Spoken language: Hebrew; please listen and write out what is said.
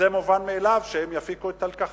מובן מאליו שהם יפיקו את הלקחים.